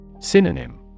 Synonym